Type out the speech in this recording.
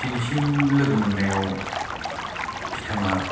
दिनैसिम लोगो मोननायाव बिथाङा